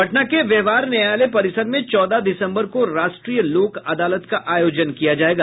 पटना के व्यवहार न्यायालय परिसर में चौदह दिसम्बर को राष्ट्रीय लोक अदालत का आयोजन किया जायेगा